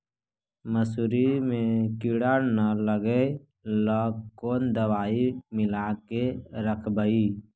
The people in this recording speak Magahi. मसुरी मे किड़ा न लगे ल कोन दवाई मिला के रखबई?